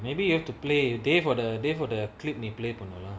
maybe you have to play day for the day for the clip the plate